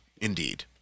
indeed